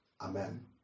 Amen